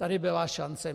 Tady byla šance.